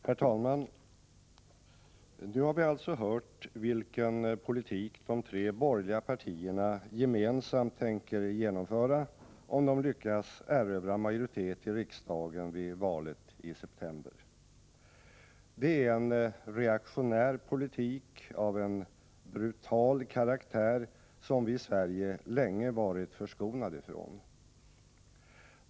Herr talman! Nu har vi alltså hört vilken politik de tre borgerliga partierna gemensamt tänker genomföra om de lyckas erövra majoritet i riksdagen vid valet i september. Det är en reaktionär politik av en brutal karaktär som vi i Sverige länge varit förskonade från.